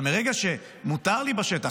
אבל מרגע שמותר לי בשטח,